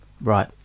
right